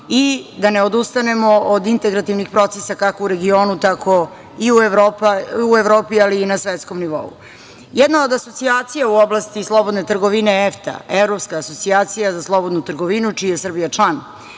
i da ne odustanemo od integrativnih procesa kako u regionu tako i u Evropi, ali i na svetskom nivou. Jedna od asocijacija u oblasti slobodne trgovine EFTA, Evropska asocijacija za slobodnu trgovinu, čiji je Srbija član.